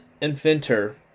inventor